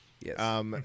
Yes